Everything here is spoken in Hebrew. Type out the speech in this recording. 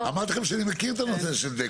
אמרתי לכם שאני מכיר את הנושא של דק,